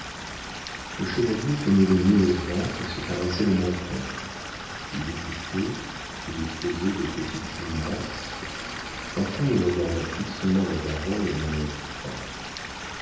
le chevalier tenait le nez au vent et se caressait le menton il écoutait il faisait de petites grimaces enfin il regarda fixement la baronne d'un air fin